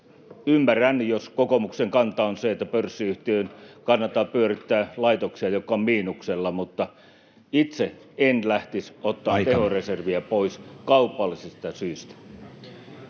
Ymmärrän, jos kokoomuksen kanta on se, että pörssiyhtiön kannattaa pyörittää laitoksia, jotka ovat miinuksella, [Puhemies: Aika!] mutta itse en lähtisi ottamaan tehoreserviä pois, kaupallisista syistä.